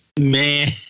Man